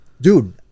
dude